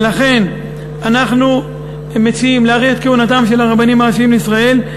ולכן אנחנו מציעים להאריך את כהונתם של הרבנים הראשיים לישראל,